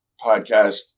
podcast